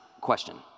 question